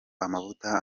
amavuta